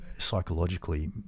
Psychologically